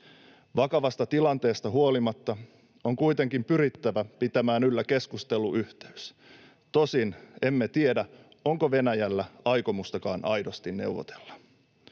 Vakavasta tilanteesta huolimatta on kuitenkin pyrittävä pitämään yllä keskusteluyhteys. Tosin emme tiedä, onko Venäjällä aikomustakaan aidosti neuvotella.